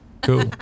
cool